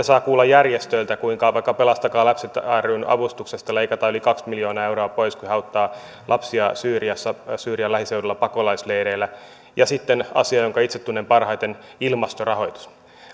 saa kuulla järjestöiltä kuinka vaikka pelastakaa lapset ryn avustuksesta leikataan yli kaksi miljoonaa euroa pois kun he auttavat lapsia syyriassa syyrian lähiseuduilla pakolaisleireillä ja sitten asia jonka itse tunnen parhaiten ilmastorahoitus